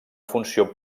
funció